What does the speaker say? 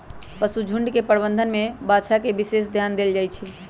पशुझुण्ड के प्रबंधन में बछा पर विशेष ध्यान देल जाइ छइ